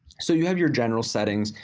so you have your general settings,